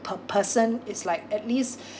per person is like at least